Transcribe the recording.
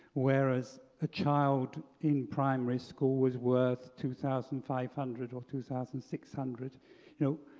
whereas a child in primary school is worth two thousand five hundred or two thousand six hundred. you know,